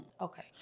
Okay